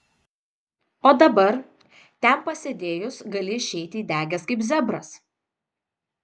o dabar ten pasėdėjus gali išeiti įdegęs kaip zebras